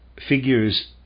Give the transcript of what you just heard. figures